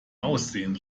aussehen